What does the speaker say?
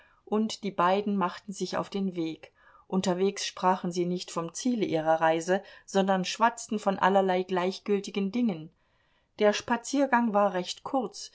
und die beiden machten sich auf den weg unterwegs sprachen sie nicht vom ziele ihrer reise sondern schwatzten von allerlei gleichgültigen dingen der spaziergang war recht kurz